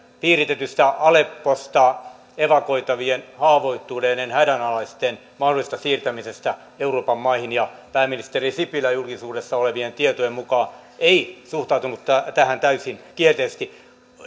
piiritetystä alepposta evakuoitavien haavoittuneiden hädänalaisten mahdollisesta siirtämisestä euroopan maihin pääministeri sipilä julkisuudessa olevien tietojen mukaan ei suhtautunut tähän täysin kielteisesti